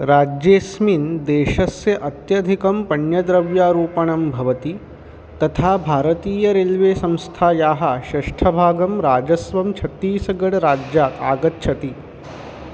राज्येस्मिन् देशस्य अत्यधिकं पण्यद्रव्यरूपणं भवति तथा भारतीयरेल्वे संस्थायाः षष्ठभागं राजस्वं छत्तीसगढ राज्यात् आगच्छति